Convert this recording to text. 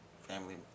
Family